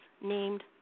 named